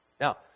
Now